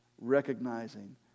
recognizing